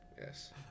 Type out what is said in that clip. Yes